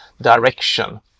direction